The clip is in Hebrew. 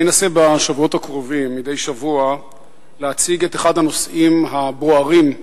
אנסה בשבועות הקרובים מדי שבוע להציג את אחד הנושאים הבוערים,